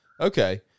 Okay